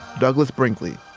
douglas brinkley,